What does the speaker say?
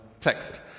text